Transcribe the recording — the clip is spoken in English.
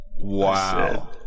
Wow